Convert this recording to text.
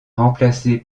remplacé